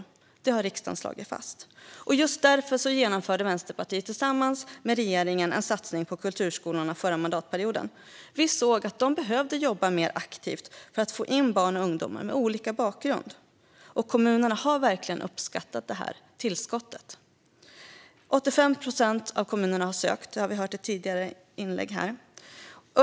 Detta har riksdagen slagit fast. Av just detta skäl gjorde Vänsterpartiet tillsammans med regeringen en satsning på kulturskolorna under förra mandatperioden. Vi såg att de behövde jobba mer aktivt för att få in barn och ungdomar med olika bakgrund. Kommunerna har verkligen uppskattat detta tillskott. Vi har i tidigare inlägg hört att 85 procent av kommunerna har sökt detta stöd.